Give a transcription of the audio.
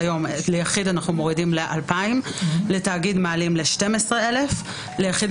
יחיד 2,000 שקל, תאגיד 12,000 שקל,